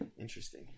Interesting